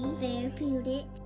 therapeutic